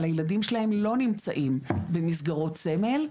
אבל הילדים שלהם לא נמצאים במסגרות סמל,